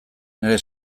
nire